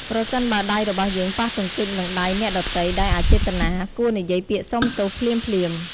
ប្រសិនបើដៃរបស់យើងប៉ះទង្គិចនឹងដៃអ្នកដទៃដោយអចេតនា គួរនិយាយពាក្យសុំទោសភ្លាមៗ។